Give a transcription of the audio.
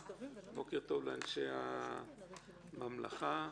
בוקר טוב לאנשי הממלכה,